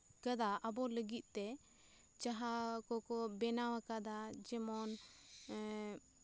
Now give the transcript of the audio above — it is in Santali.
ᱠᱟᱫᱟ ᱟᱵᱚ ᱞᱟ ᱜᱤᱫ ᱛᱮ ᱡᱟᱦᱟᱸ ᱠᱚᱠᱚ ᱵᱮᱱᱟᱣ ᱠᱟᱫᱟ ᱡᱮᱢᱚᱱ ᱮᱜ